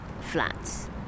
flats